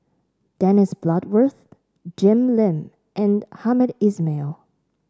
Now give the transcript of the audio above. Dennis Bloodworth Jim Lim and Hamed Ismail